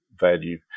value